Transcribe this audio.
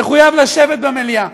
תחויב לשבת במליאה.